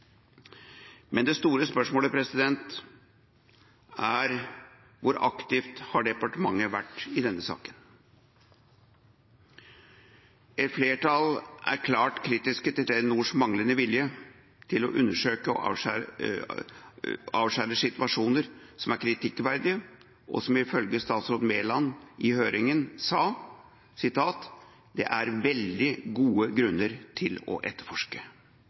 Men det store spørsmålet er hvor aktivt departementet har vært i denne saken. Et flertall er klart kritisk til Telenors manglende vilje til å undersøke og avskjære situasjoner som er kritikkverdige, og, som statsråd Mæland sa i høringa, er det «veldig gode grunner til at dette etterforskes». Det mener vi også. Da er det rett og slett ikke til å